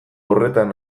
horretan